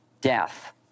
death